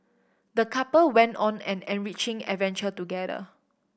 the couple went on an enriching adventure together